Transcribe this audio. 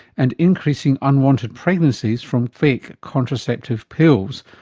and increasing unwanted pregnancies from fake contraceptive pills,